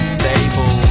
stable